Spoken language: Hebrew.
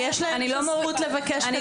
המון.